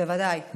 בוודאי.